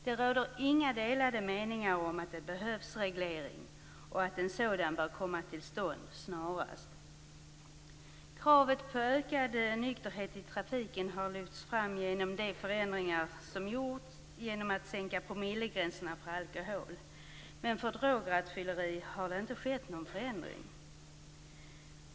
Det råder inga delade meningar om att det behövs reglering och att en sådan bör komma till stånd snarast. Kravet på ökad nykterhet i trafiken har lyfts fram med hjälp av de förändringar som har genomförts, bl.a. att sänka promillegränsen för alkohol. Men med drograttfylleri har det inte skett någon förändring.